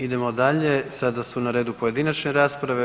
Idemo dalje, sada su na redu pojedinačne rasprave.